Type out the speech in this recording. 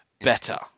better